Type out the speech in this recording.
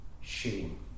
Shame